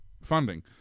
funding